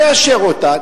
נאשר אותה,